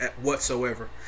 whatsoever